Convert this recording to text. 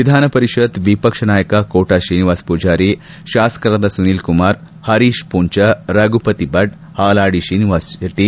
ವಿಧಾನ ಪರಿಷತ್ ವಿಪಕ್ಷ ನಾಯಕ ಕೋಟ ಶ್ರೀನಿವಾಸ ಮೂಜಾರಿ ಶಾಸಕರಾದ ಸುನೀಲ್ ಕುಮಾರ್ ಪರೀಶ್ ಮೂಂಜಾ ರಘುಪತಿಭಟ್ ಹಾಲಾಡಿ ಶ್ರೀನಿವಾಸ ಶೆಟ್ಟಿ